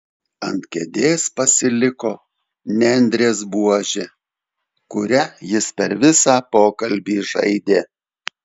ant kėdės pasiliko nendrės buožė kuria jis per visą pokalbį žaidė